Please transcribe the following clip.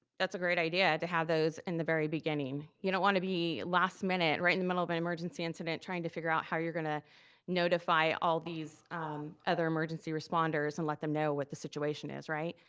that's a great idea to have those in the very beginning. you don't wanna be last minute, right in the middle of an emergency incident, trying to figure out how you're gonna notify all these other emergency responders and let them know what the situation is, right?